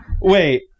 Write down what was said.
Wait